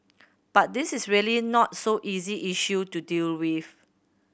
but this is really not so easy issue to deal with